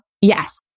Yes